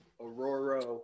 Aurora